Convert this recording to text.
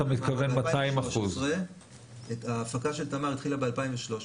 אתה מתכוון 200%. ההפקה של תמר התחילה ב-2013